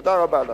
תודה רבה לך.